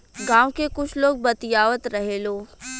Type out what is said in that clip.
गाँव के कुछ लोग बतियावत रहेलो